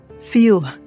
feel